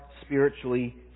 spiritually